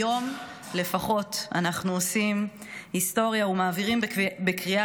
היום לפחות אנחנו עושים היסטוריה ומעבירים בקריאה